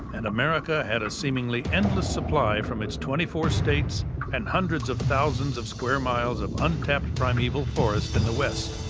and america had a seemingly endless supply from its twenty four states and hundreds of thousands of square miles of untapped primeval forest in the west.